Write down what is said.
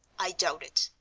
i doubt it,